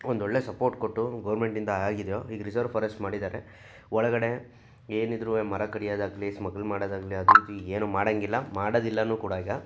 ಒಂದೊಳ್ಳೆ ಸಪೋರ್ಟ್ ಕೊಟ್ಟು ಗವರ್ಮೆಂಟಿಂದ ಆಗಿದೆಯೋ ಈಗ ರಿಸರ್ವ್ ಫಾರೆಸ್ಟ್ ಮಾಡಿದ್ದಾರೆ ಒಳಗಡೆ ಏನಿದ್ರೂ ಮರ ಕಡಿಯೋದು ಆಗಲಿ ಸ್ಮಗ್ಲಿಂಗ್ ಮಾಡೋದಾಗಲಿ ಅದು ಇದು ಏನು ಮಾಡೋಂಗಿಲ್ಲ ಮಾಡೋದಿಲ್ಲವೂ ಕೂಡ ಈಗ